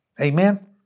Amen